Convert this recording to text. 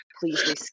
please